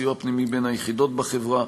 סיוע פנימי בין היחידות בחברה,